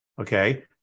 okay